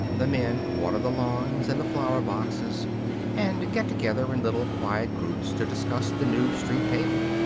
the men water the lawns and the flower boxes and get together in little, quiet groups to discuss the new street paving.